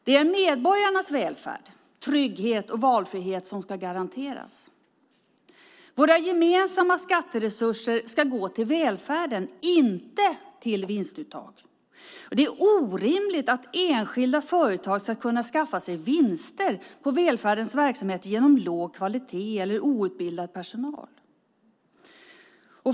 Det är medborgarnas välfärd, trygghet och valfrihet som ska garanteras. Våra gemensamma skatteresurser ska gå till välfärden - inte till vinstuttag. Det är orimligt att enskilda företag ska kunna skaffa sig vinster på välfärdens verksamheter genom låg kvalitet eller outbildad personal.